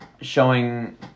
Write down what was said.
showing